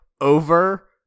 over